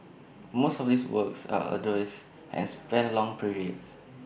most of these works are arduous and span long periods